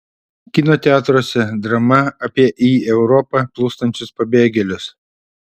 kino teatruose drama apie į europą plūstančius pabėgėlius